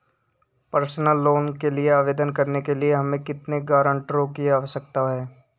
Personal loan के लिए आवेदन करने के लिए हमें कितने गारंटरों की आवश्यकता है?